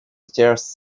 stairs